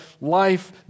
life